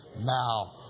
Now